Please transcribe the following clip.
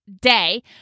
day